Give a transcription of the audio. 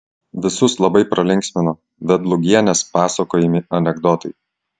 visus labai pralinksmino vedlugienės pasakojami anekdotai